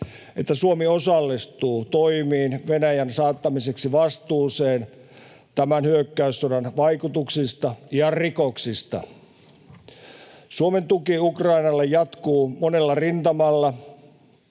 että Suomi osallistuu toimiin Venäjän saattamiseksi vastuuseen tämän hyökkäyssodan vaikutuksista ja rikoksista. Suomen tuki Ukrainalle jatkuu monella rintamalla.